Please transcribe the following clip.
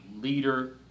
leader